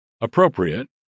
appropriate